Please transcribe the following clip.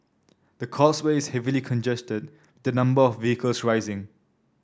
the causeway is heavily congested the number of vehicles rising